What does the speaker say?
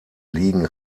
liegen